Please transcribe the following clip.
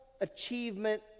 achievement